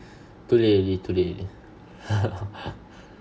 too late already too late already